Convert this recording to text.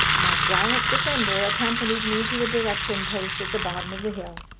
my gallant defender accompanied me to the direction-post at the bottom of the hill,